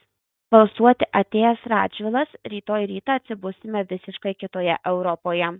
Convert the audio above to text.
balsuoti atėjęs radžvilas rytoj rytą atsibusime visiškai kitoje europoje